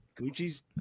Gucci's